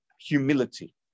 humility